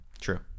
True